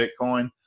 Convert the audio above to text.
Bitcoin